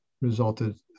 resulted